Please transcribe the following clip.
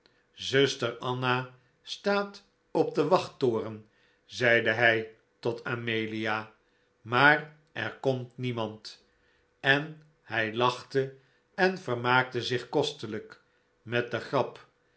zuster anna staat op den wachttoren zeide hij tot amelia maar er komt niemand en hij lachte en vermaakte zich kostelijk met de grap